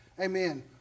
Amen